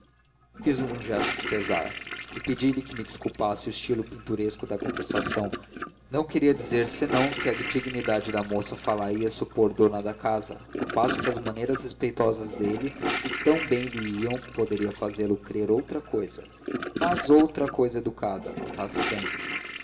fiz um gesto de pesar e pedi-lhe que me desculpasse o estilo pinturesco da conversação não queria dizer senão que a dignidade da moça fá la ia supor dona da casa ao passo que as maneiras respeitosas dele que tão bem lhe iam poderiam fazê-lo crer outra cousa mas outra cousa educada notasse bem